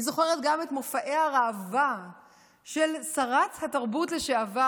אני זוכרת גם את מופעי הראווה של שרת התרבות לשעבר,